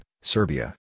Serbia